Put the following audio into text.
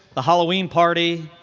the halloween party,